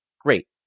Great